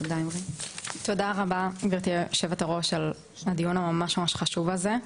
תודה רבה גבירתי היושבת-ראש על הדיון הממש חשוב הזה.